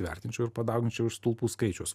vertinčiau ir padauginčiau iš stulpų skaičiaus